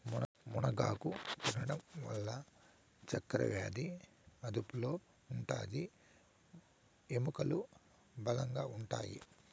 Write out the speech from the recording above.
మునగాకు తినడం వల్ల చక్కరవ్యాది అదుపులో ఉంటాది, ఎముకలు బలంగా ఉంటాయి